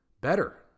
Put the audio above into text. better